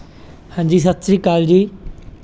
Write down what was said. ਹਾਂਜੀ ਸਤਿ ਸ਼੍ਰੀ ਅਕਾਲ ਜੀ